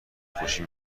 خوشی